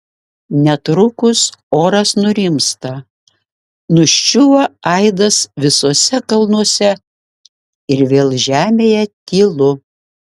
netrukus oras nurimsta nuščiūva aidas visuose kalnuose ir vėl žemėje tylu